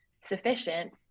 sufficient